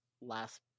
last